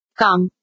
come